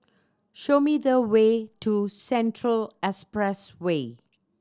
show me the way to Central Expressway